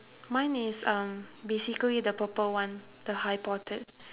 mine is um basically the purple one the hypothet~